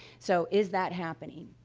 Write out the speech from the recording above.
so, is that happening?